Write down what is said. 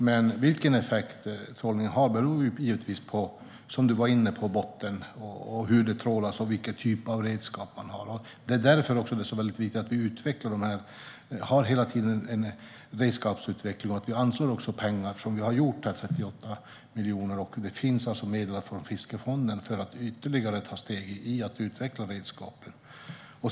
Men vilken effekt trålningen har beror, som Lars-Arne Staxäng var inne på, givetvis på bottnen, hur det trålas och vilken typ av redskap man har, och därför är det så väldigt viktig att vi hela tiden har en redskapsutveckling och att vi anslår pengar. Det har vi gjort, 38 miljoner, och det finns alltså även medel att få från fiskerifonden för att ytterligare ta steg i att utveckla redskapen.